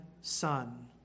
son